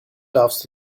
darfst